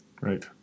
Right